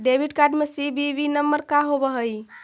Debit card में CVV number का होव हइ?